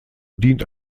dient